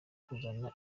kuzana